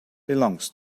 belongs